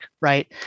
right